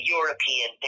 European